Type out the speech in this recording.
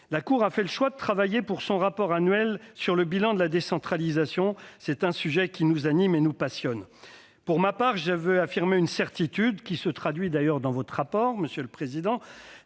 La Cour des comptes a choisi de travailler, pour son rapport annuel, sur le bilan de la décentralisation. C'est un sujet qui nous anime et nous passionne. Pour ma part, je veux affirmer une certitude, qui se traduit d'ailleurs dans votre rapport, monsieur le Premier